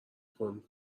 میکنم